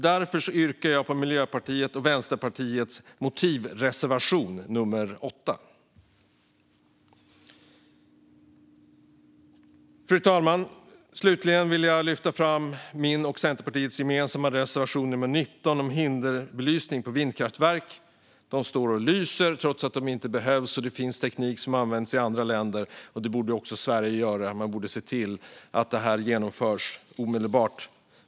Därför yrkar jag bifall till Miljöpartiets och Vänsterpartiets motivreservation nummer 8. Fru talman! Jag vill slutligen lyfta fram min och Centerpartiets gemensamma reservation 19 om hinderbelysning på vindkraftverk. De står och lyser trots att det inte behövs och trots att det finns annan teknik som används i andra länder. Den borde också Sverige använda. Man borde se till att detta införs omedelbart.